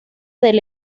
del